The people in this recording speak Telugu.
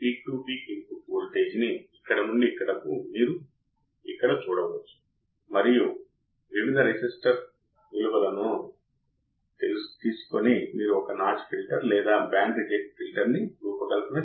కాబట్టి ఇన్పుట్ ఆఫ్సెట్ కరెంట్ అంటే Ib1 మరియు Ib2 యొక్క మాగ్నిట్యూడ్లలోని వ్యత్యాసాన్ని ఇన్పుట్ ఆఫ్సెట్ కరెంట్ అంటారు కాబట్టి సులభం